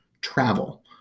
travel